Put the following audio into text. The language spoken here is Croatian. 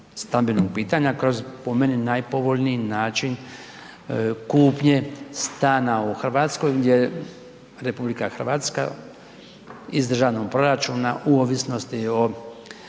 stambenog pitanja kroz po meni najpovoljniji način kupnje stana u Hrvatskoj, gdje RH iz državnog proračuna u ovisnosti o